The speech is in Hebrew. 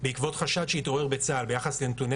בעקבות חשד שהתעורר בצה"ל ביחס לנתוני